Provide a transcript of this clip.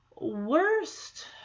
Worst